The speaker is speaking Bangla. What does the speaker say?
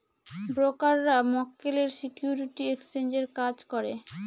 ব্রোকাররা মক্কেলের সিকিউরিটি এক্সচেঞ্জের কাজ করে